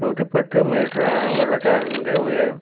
നൂറ്റിപ്പത്ത് മീറ്ററാണ് വെള്ളച്ചാട്ടത്തിൻ്റെ ഉയരം